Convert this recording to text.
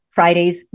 Fridays